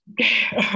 Okay